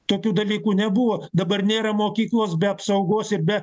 tokių dalykų nebuvo dabar nėra mokyklos be apsaugos ir be